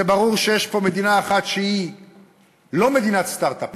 זה ברור שיש פה מדינה אחת שהיא לא מדינת סטרט-אפ,